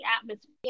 atmosphere